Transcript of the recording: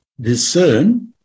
discern